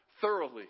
thoroughly